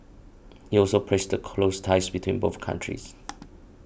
he also praised the close ties between both countries